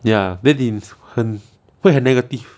ya then 你很会很 negative